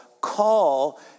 call